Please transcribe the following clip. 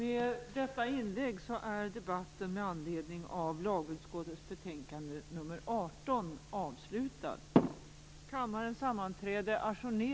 Fru talman!